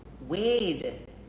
Wade